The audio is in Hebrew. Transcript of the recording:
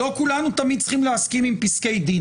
לא כולנו תמיד צריכים להסכים עם פסקי דין,